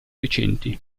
recenti